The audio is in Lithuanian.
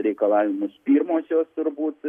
reikalavimus pirmosios turbūt